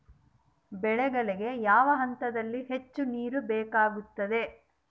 ಬೆಳೆಗಳಿಗೆ ಯಾವ ಹಂತದಲ್ಲಿ ಹೆಚ್ಚು ನೇರು ಬೇಕಾಗುತ್ತದೆ?